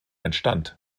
entstand